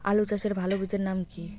আলু চাষের ভালো বীজের নাম কি?